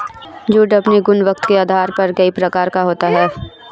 jute अपनी गुणवत्ता के आधार पर कई प्रकार का होता है